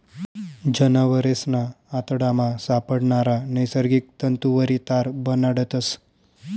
जनावरेसना आतडामा सापडणारा नैसर्गिक तंतुवरी तार बनाडतस